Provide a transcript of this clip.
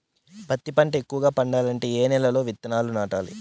పత్తి పంట ఎక్కువగా పండాలంటే ఏ నెల లో విత్తనాలు నాటాలి?